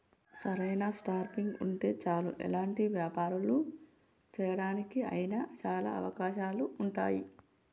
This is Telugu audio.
సరైన స్టార్టింగ్ ఉంటే చాలు ఎలాంటి వ్యాపారాలు చేయడానికి అయినా చాలా అవకాశాలు ఉంటాయి